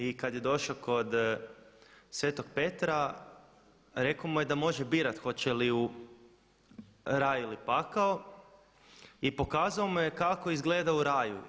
I kad je došao kod Svetog Petra rekao mu je da može birati hoće li u raj ili pakao i pokazao mu je kako izgleda u raju.